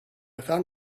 found